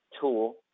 tool